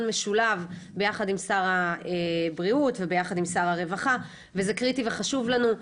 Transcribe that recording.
משולב יחד עם שר הבריאות ויחד עם שר הרווחה וזה קריטי וחשוב לנו.